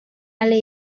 ale